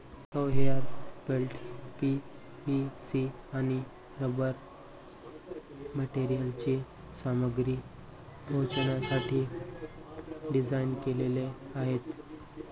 conveyor belts PVC आणि rubber मटेरियलची सामग्री पोहोचवण्यासाठी डिझाइन केलेले आहेत